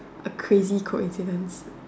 a crazy coincidence